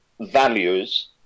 values